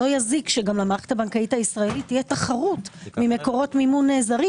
לא יזיק שלמערכת הבנקאית הישראלית תהיה תחרות ממקורות מימון זרים.